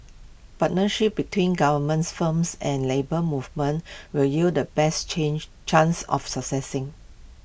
partnership between government's firms and Labour Movement will yield the best change chance of